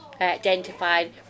identified